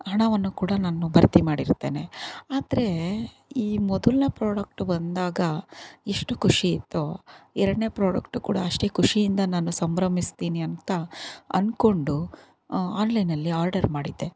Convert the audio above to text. ಹಣವನ್ನು ಕೂಡ ನಾನು ಭರ್ತಿ ಮಾಡಿರುತ್ತೇನೆ ಆದರೆ ಈ ಮೊದಲನೇ ಪ್ರೊಡಕ್ಟ್ ಬಂದಾಗ ಎಷ್ಟು ಖುಷಿಯಿತ್ತೋ ಎರಡನೇ ಪ್ರೊಡಕ್ಟ್ ಕೂಡ ಅಷ್ಟೇ ಖುಷಿಯಿಂದ ನಾನು ಸಂಭ್ರಮಿಸ್ತೀನಿ ಅಂತ ಅನ್ಕೊಂಡು ಆನ್ಲೈನ್ನಲ್ಲಿ ಆರ್ಡರ್ ಮಾಡಿದ್ದೆ